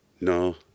no